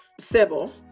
Sybil